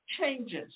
changes